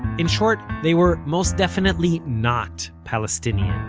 in short, they were most definitely not palestinian.